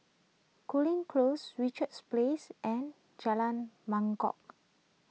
Cooling Close Richards Place and Jalan Mangkok